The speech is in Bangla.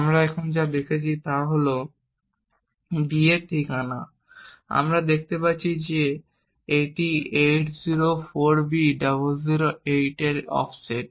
আমরা এখানে যা দেখছি তা হল d এর ঠিকানা আমরা দেখতে পাচ্ছি যে এটি 804b008 এর অফসেট